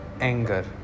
anger